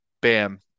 bam